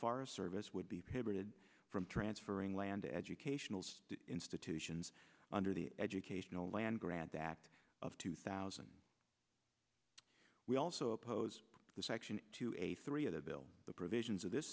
forest service would be pivoted from transferring land to educational institutions under the educational land grant that of two thousand we also oppose the section two eighty three of the bill the provisions of this